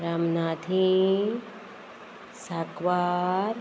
Ramnathi Sankvar